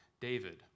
David